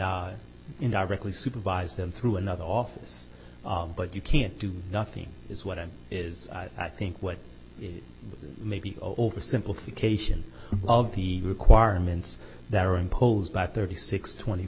directly supervise them through another office but you can't do nothing is what it is i think what maybe oversimplification of the requirements that are imposed by thirty six twenty